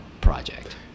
project